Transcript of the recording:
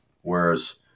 whereas